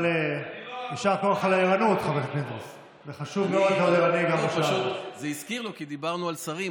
אני לא רוצה לענות עכשיו בהרצאה לגבי כל הטעויות שהוא דיבר עליהן כאן,